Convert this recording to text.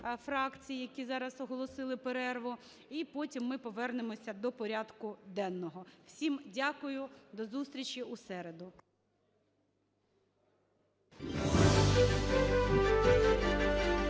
фракцій, які зараз оголосили перерву, і потім ми повернемося до порядку денного. Всім дякую. До зустрічі у середу.